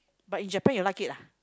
but in Japan you like it ah